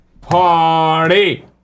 Party